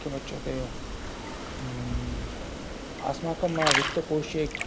किमुच्यते अस्माकं वित्तकोशे